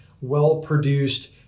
well-produced